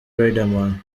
riderman